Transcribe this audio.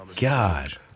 God